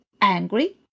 angry